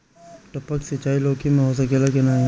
टपक सिंचाई लौकी में हो सकेला की नाही?